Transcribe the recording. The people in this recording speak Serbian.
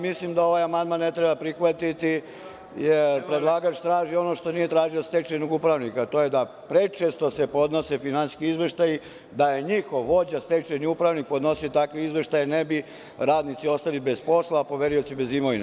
Mislim da ovaj amandman ne treba prihvatiti, jer predlagač traži ono što nije tražio od stečajnog upravnika, to je da prečesto se podnose finansijski izveštaji, da je njihov vođa stečajni upravnik podnosio takve izveštaje, ne bi radnici ostali bez posla, a poverioci bez imovine.